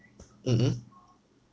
mm mm